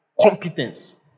Competence